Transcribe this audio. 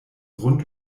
rund